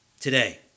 today